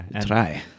try